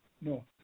No